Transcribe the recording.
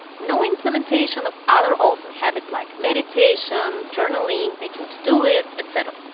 no implementation of other awesome habits like meditation, journaling, making to-do lists, etc.